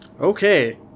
Okay